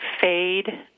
fade